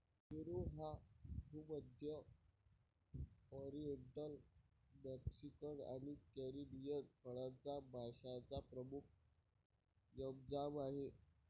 पेरू हा भूमध्य, oriental, Mexican आणि कॅरिबियन फळांच्या माश्यांचा प्रमुख यजमान आहे